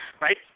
right